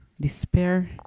Despair